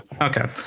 Okay